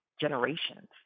generations